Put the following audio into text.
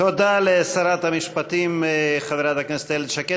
תודה לשרת המשפטים חברת הכנסת איילת שקד.